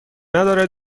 ندارد